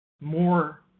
more